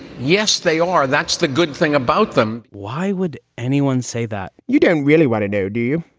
yes, they are. that's the good thing about them why would anyone say that? you don't really want to know, do you?